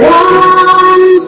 one